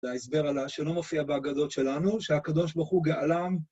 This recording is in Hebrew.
זה ההסבר שלא מופיע בהגדות שלנו, שהקדוש ברוך הוא גאלם .